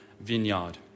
vineyard